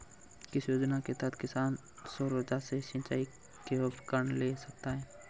किस योजना के तहत किसान सौर ऊर्जा से सिंचाई के उपकरण ले सकता है?